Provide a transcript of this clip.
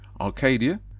Arcadia